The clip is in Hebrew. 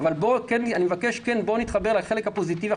אבל אני מבקש שנתחבר לחלק הפוזיטיבי.